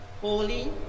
Holy